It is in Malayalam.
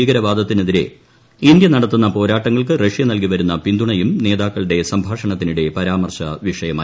ഭീകരവാദത്തിനെതിരെ ഇന്ത്യ നടത്ത്ത്ന് പോരാട്ടങ്ങൾക്ക് റഷ്യ നൽകിവരുന്ന പിന്തുണയും നേത്രാക്കളുടെ സംഭാഷണത്തിനിടെ പരാമർശ വിഷയമായി